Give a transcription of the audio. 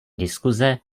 diskuse